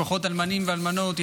משפחות אלמנים ואלמנות,